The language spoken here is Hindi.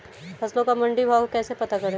फसलों का मंडी भाव कैसे पता करें?